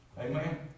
Amen